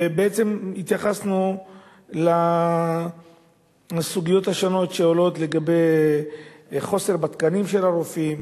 ובעצם התייחסנו לסוגיות השונות שעולות לגבי חוסר בתקנים של הרופאים,